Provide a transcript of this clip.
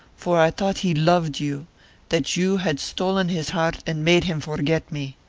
for i thought he loved you that you had stolen his heart and made him forget me.